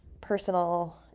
personal